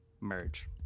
merge